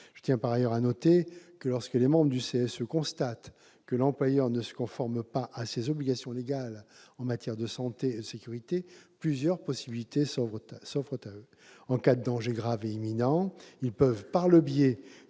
Je tiens par ailleurs à vous faire remarquer que, lorsque les membres du CSE constatent que l'employeur ne se conforme pas à ses obligations légales en matière de santé et de sécurité, plusieurs possibilités s'offrent à eux. Ainsi, en cas de danger grave et imminent, ils peuvent, par le biais